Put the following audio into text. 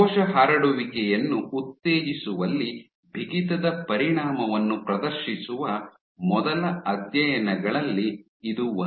ಕೋಶ ಹರಡುವಿಕೆಯನ್ನು ಉತ್ತೇಜಿಸುವಲ್ಲಿ ಬಿಗಿತದ ಪರಿಣಾಮವನ್ನು ಪ್ರದರ್ಶಿಸುವ ಮೊದಲ ಅಧ್ಯಯನಗಳಲ್ಲಿ ಇದು ಒಂದು